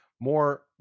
more